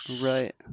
Right